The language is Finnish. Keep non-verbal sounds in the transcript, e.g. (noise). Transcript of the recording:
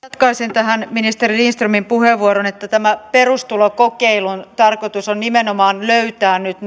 (unintelligible) jatkaisin tähän ministeri lindströmin puheenvuoroon että tämän perustulokokeilun tarkoitus on nimenomaan löytää nyt (unintelligible)